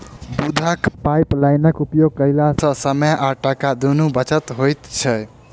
दूधक पाइपलाइनक उपयोग कयला सॅ समय आ टाका दुनूक बचत होइत छै